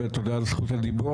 ב' תודה על זכות הדיבור.